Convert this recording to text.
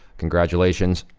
congratulations!